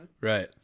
Right